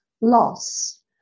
loss